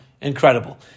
Incredible